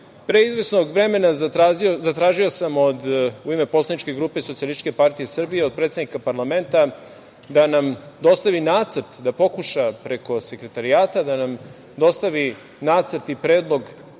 pre izvesnog vremena zatražio sam, u ime poslaničke grupe SPS, od predsednika parlamenta da nam dostavi nacrt, da pokuša preko sekretarijata da nam dostavi nacrt i predlog